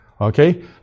Okay